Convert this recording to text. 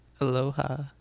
aloha